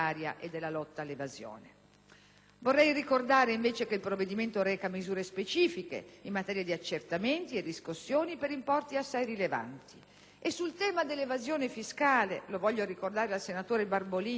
invece ricordare che il provvedimento reca misure specifiche in materia di accertamenti e riscossioni per importi assai rilevanti. Sul tema dell'evasione fiscale - lo voglio ricordare al senatore Barbolini - non accettiamo lezioni